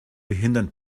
behindern